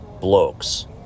blokes